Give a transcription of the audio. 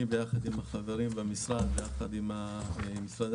יחד עם החברים במשרד ויחד עם משרדי